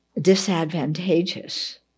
disadvantageous